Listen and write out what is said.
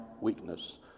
weakness